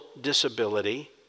disability